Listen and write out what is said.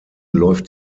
läuft